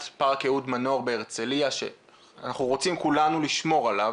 פארק אהוד מנור בהרצליה שאנחנו רוצים כולנו לשמור עליו,